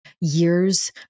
years